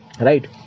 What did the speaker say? Right